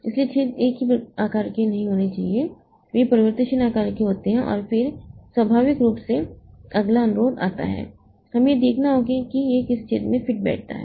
इसलिए छेद एक ही आकार के नहीं होने चाहिए वे परिवर्तनशील आकार के होते हैं और फिर स्वाभाविक रूप से अगला अनुरोध आता है हमें यह देखना होगा कि यह किस छेद में फिट बैठता है